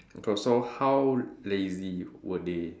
okay so how lazy were they